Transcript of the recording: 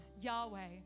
Yahweh